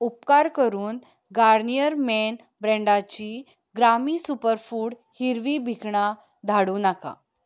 उपकार करून Garnier men ब्रँडाचीं ग्रामी सुपर फूड हिरवीं भिकणां धाडूं नाका